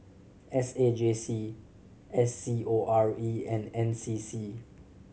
S A J C S C O R E and N C C